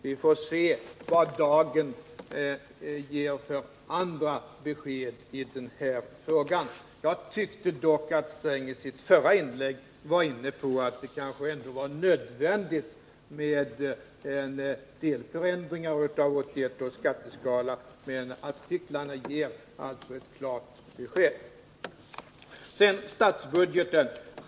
Vi får se vad dagen ger för andra besked i den här frågan. Jag tyckte dock att Gunnar Sträng i sitt förra inlägg var inne på att det kanske ändå var nödvändigt med en del förändringar av 1981 års skatteskala. Men artiklarna ger alltså ett klart besked. Sedan till frågan om statsbudgeten.